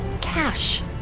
Cash